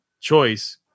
choice